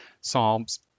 Psalms